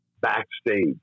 Backstage